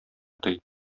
тый